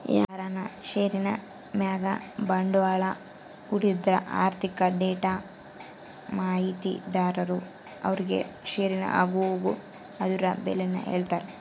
ಯಾರನ ಷೇರಿನ್ ಮ್ಯಾಗ ಬಂಡ್ವಾಳ ಹೂಡಿದ್ರ ಆರ್ಥಿಕ ಡೇಟಾ ಮಾಹಿತಿದಾರರು ಅವ್ರುಗೆ ಷೇರಿನ ಆಗುಹೋಗು ಅದುರ್ ಬೆಲೇನ ಹೇಳ್ತಾರ